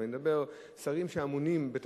אני מדבר על שרים שאמונים על תפקידם.